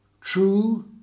true